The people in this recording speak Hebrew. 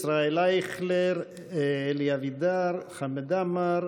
ישראל אייכלר, אלי אבידר, חמד עמאר,